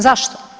Zašto?